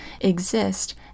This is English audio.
exist